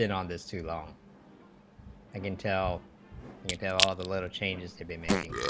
and um this too long and intel you tell ah the little changes to be making